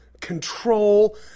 control